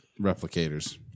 replicators